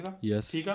Yes